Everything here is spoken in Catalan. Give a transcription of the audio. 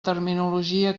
terminologia